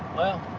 well.